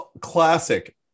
Classic